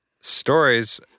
stories